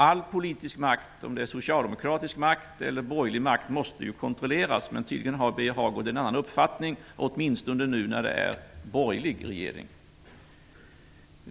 All politisk makt, både socialdemokratisk makt och borgerlig makt, måste ju kontrolleras. Men tydligen har Birger Hagård en annan uppfattning, åtminstone nu när det är en borgerlig regering.